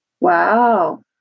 Wow